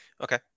Okay